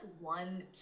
one